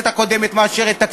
לשלם את מה שאנחנו התחייבנו עליו,